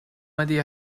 idea